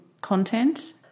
content